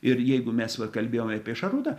ir jeigu mes va kalbėjome apie šarūną